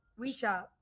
WeChat